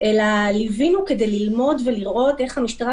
אלא ליווינו כדי ללמוד ולראות איך המשטרה